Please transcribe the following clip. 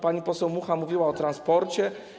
Pani poseł Mucha mówiła o transporcie.